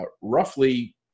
roughly